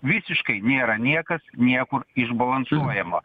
visiškai nėra niekas niekur išbalansuojama